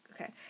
okay